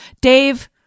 Dave